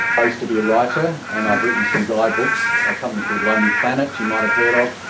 i used to be a writer, and i've written some guidebooks, a company called lonely planet you might have heard of,